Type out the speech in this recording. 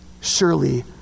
Surely